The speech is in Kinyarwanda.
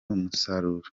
umusaruro